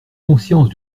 conscience